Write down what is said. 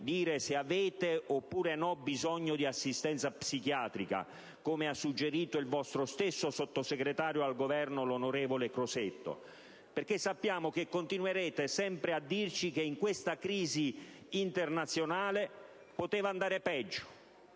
dire se avete oppure no bisogno di assistenza psichiatrica, come ha suggerito il vostro stesso sottosegretario di Stato alla difesa, l'onorevole Crosetto, perché sappiamo che continuerete sempre a dirci che, in questa crisi internazionale, poteva andare peggio;